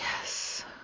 yes